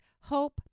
hope